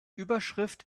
überschrift